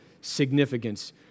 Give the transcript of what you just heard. significance